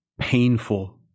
painful